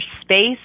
space